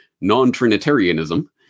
non-Trinitarianism